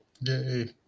Yay